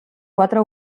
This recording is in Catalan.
quatre